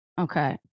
Okay